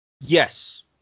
Yes